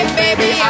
baby